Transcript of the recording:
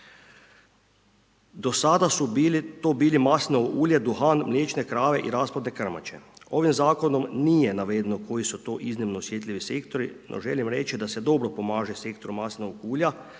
Do sada su to bili masno ulje, duhan, mliječne krave i rasplodne krmače. Ovim zakonom nije navedeno koji su to iznimno osjetljivi sektori, a želim reći da se dobro pomaže sektoru maslinovog ulja